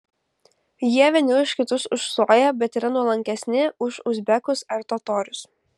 jie vieni už kitus užstoja bet yra nuolankesni už uzbekus ar totorius